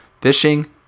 fishing